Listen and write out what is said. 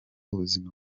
ubuzima